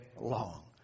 long